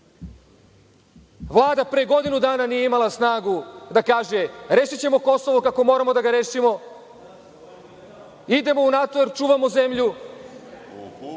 pre godinu dana nije imala snagu da kaže – rešićemo Kosovo kako moramo da ga rešimo, idemo u NATO jer čuvamo zemlju.